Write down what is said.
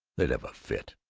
they'd have a fit!